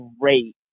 great